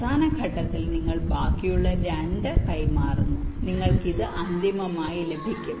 അവസാന ഘട്ടത്തിൽ നിങ്ങൾ ബാക്കിയുള്ള 2 കൈമാറുന്നു നിങ്ങൾക്ക് ഇത് അന്തിമമായി ലഭിക്കും